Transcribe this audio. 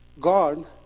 God